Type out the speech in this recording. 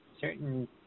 certain